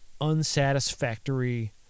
unsatisfactory